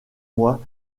mois